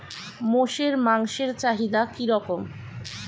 মোষের মাংসের চাহিদা কি রকম?